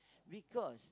because